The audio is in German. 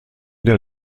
der